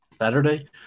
Saturday